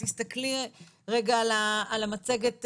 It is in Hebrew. תסתכלי רגע על המצגת,